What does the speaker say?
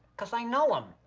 cause i know him.